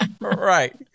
Right